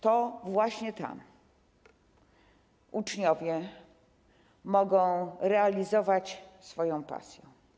To właśnie tam uczniowie mogą realizować swoją pasję.